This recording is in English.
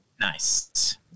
Nice